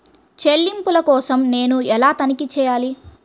చెల్లింపుల కోసం నేను ఎలా తనిఖీ చేయాలి?